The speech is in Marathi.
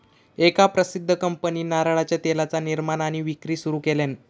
एका प्रसिध्द कंपनीन नारळाच्या तेलाचा निर्माण आणि विक्री सुरू केल्यान